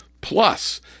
Plus